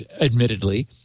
admittedly